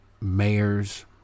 mayors